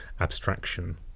abstraction